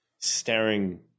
staring